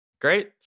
Great